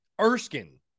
Erskine